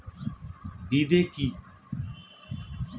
বিদে কি?